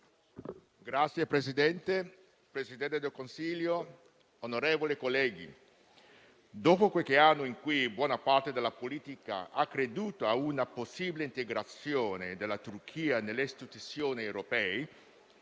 Signor Presidente, Presidente del Consiglio, onorevoli colleghi, dopo qualche anno in cui buona parte della politica ha creduto a una possibile integrazione della Turchia nelle istituzioni europee,